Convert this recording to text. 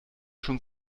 schon